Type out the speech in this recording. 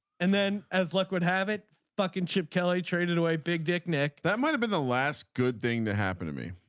and then as luck would have it fucking chip kelly traded away big dick nick. that might have been the last good thing to happen to me.